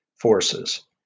forces